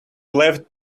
left